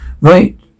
Right